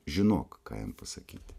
žinok ką jam pasakyti